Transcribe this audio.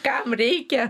kam reikia